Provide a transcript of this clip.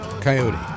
Coyote